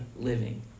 living